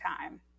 time